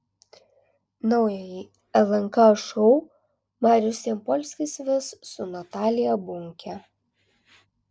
naująjį lnk šou marius jampolskis ves su natalija bunke